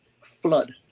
flood